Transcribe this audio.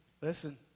listen